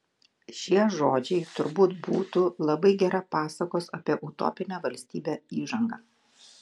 šie žodžiai turbūt būtų labai gera pasakos apie utopinę valstybę įžanga